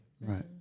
Right